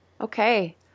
Okay